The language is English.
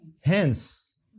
hence